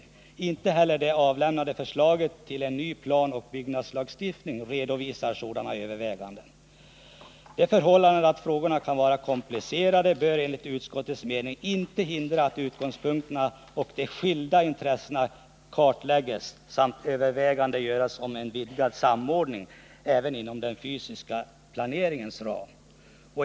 Inte heller det avlämnade förslaget till en ny planoch byggnadslagstiftning redovisar sådana överväganden. Det förhållandet att frågorna kan vara komplicerade bör enligt utskottets mening inte hindra att utgångspunkterna och de skilda intressena kartläggs samt att överväganden görs om en vidgad samordning även inom den fysiska planeringens ram.